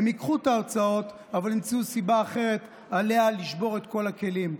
הם ייקחו את ההצעות אבל ימצאו סיבה אחרת לשבור את כל הכלים.